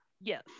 Yes